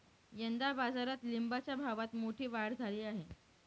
यंदा बाजारात लिंबाच्या भावात मोठी वाढ झाली आहे